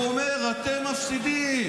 הוא אומר: אתם מפסידים.